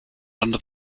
under